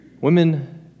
Women